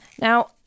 Now